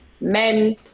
Men